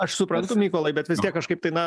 aš suprantu mykolai bet vis tiek kažkaip tai na